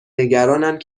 نگرانند